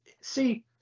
see